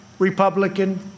Republican